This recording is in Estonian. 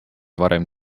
varem